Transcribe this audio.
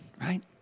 right